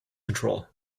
control